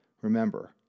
Remember